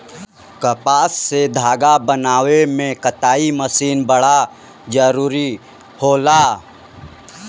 कपास से धागा बनावे में कताई मशीन बड़ा जरूरी होला